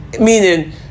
Meaning